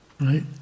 Right